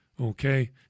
Okay